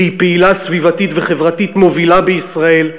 והיא פעילה סביבתית וחברתית מובילה בישראל.